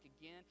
again